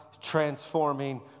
transforming